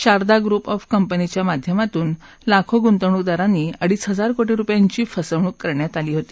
Sharda group of कंपनीच्या माध्यमातून लाखो गुंतणूकदारांची अडीच हजार कोर्टीरुपयांची फसवणूक करण्यात आली होती